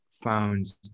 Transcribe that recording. found